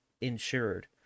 insured